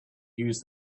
use